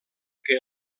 que